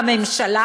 והממשלה,